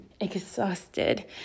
exhausted